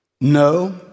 no